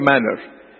manner